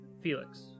Felix